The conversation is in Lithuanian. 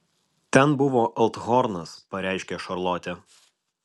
ten buvo althornas pareiškė šarlotė